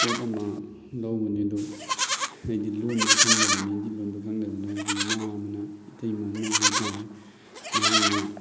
ꯄꯣꯠ ꯑꯃ ꯂꯧꯕꯅꯤ ꯑꯗꯨ ꯑꯩꯗꯤ ꯂꯣꯟꯗꯨ ꯈꯪꯗꯗꯅ ꯍꯤꯟꯗꯤ ꯂꯣꯟꯗꯨ ꯈꯪꯗꯗꯅ ꯑꯩꯒꯤ ꯏꯃꯥ ꯑꯃꯅ ꯏꯇꯩꯃ ꯑꯃꯅ ꯍꯥꯏ ꯇꯥꯔꯦ ꯃꯍꯥꯛꯅ